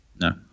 No